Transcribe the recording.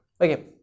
okay